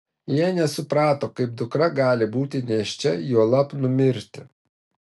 jie nesuprato kaip dukra gali būti nėščia juolab numirti